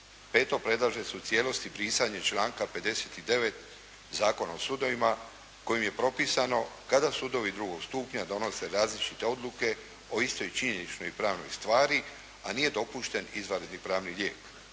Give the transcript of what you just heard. Peto, predlaže se u cijelosti brisanje članka 59. Zakona o sudovima kojim je propisano kada sudovi II. stupnja donose različite odluke o istoj činjeničnoj i pravnoj stvari, a nije dopušten izvanredni pravni lijek